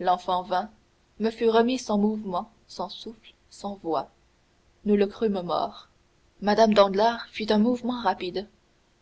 l'enfant vint me fut remis sans mouvement sans souffle sans voix nous le crûmes mort mme danglars fit un mouvement rapide